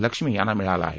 लक्ष्मी यांना मिळाला आहे